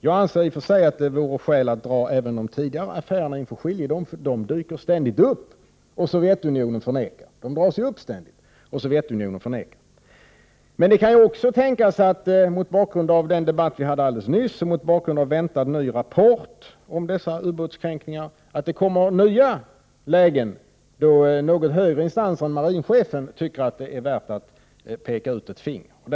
Jag anser i och för sig att det vore skäl att dra de tidigare affärerna inför skiljedom. De dyker ständigt upp, och Sovjetunionen nekar. Men det kan också tänkas, mot bakgrund av den debatt vi hade alldeles nyss och väntad ny rapport om dessa ubåtskränkningar, att det kommer nya lägen då någon högre instans än marinchefen tycker det är värt att peka ut någon.